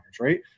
right